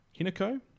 Hinako